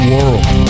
World